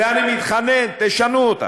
ואני מתחנן: תשנו אותה.